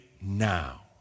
now